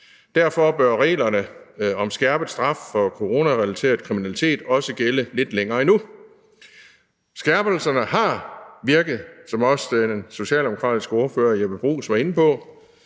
Derfor bør reglerne om skærpet straf for coronarelateret kriminalitet også gælde lidt længere endnu. Skærpelserne har virket, som også den socialdemokratiske ordfører, Jeppe Bruus, var inde på.